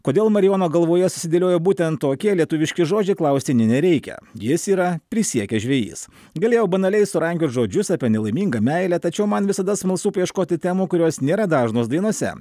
kodėl marijono galvoje susidėliojo būtent tokie lietuviški žodžiai klausti nė nereikia jis yra prisiekęs žvejys galėjau banaliai surankiot žodžius apie nelaimingą meilę tačiau man visada smalsu paieškoti temų kurios nėra dažnos dainose